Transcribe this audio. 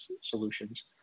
solutions